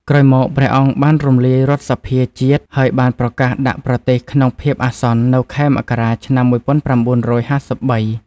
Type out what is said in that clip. ក្រោយមក ព្រះអង្គបានរំលាយរដ្ឋសភាជាតិ ហើយបានប្រកាសដាក់ប្រទេសក្នុងភាពអាសន្ននៅខែមករា ឆ្នាំ១៩៥៣។